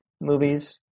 movies